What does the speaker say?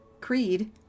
Creed